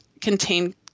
contain